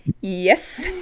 yes